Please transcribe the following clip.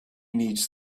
needs